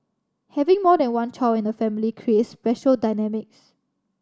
having more than one child in the family creates special dynamics